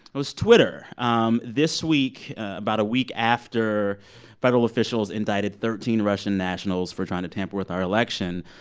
was twitter. um this week, about a week after federal officials indicted thirteen russian nationals for trying to tamper with our election,